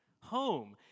home